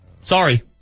Sorry